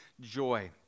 joy